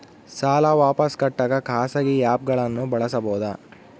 ಸಾಲ ವಾಪಸ್ ಕಟ್ಟಕ ಖಾಸಗಿ ಆ್ಯಪ್ ಗಳನ್ನ ಬಳಸಬಹದಾ?